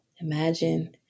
imagine